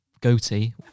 goatee